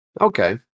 Okay